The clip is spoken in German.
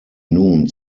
nun